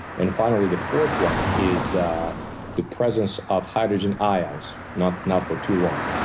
and finally, the fourth one is the presence of hydrogen ions, not not for too long.